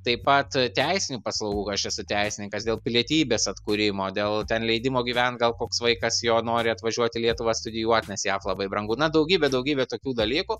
taip pat teisinių paslaugų aš esu teisininkas dėl pilietybės atkūrimo dėl ten leidimo gyvent gal koks vaikas jo nori atvažiuot į lietuvą studijuot nes jav labai brangu na daugybė daugybė tokių dalykų